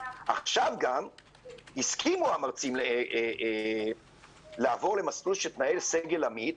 עכשיו גם הסכימו המרצים לעבור למסלול של תנאי סגל עמית,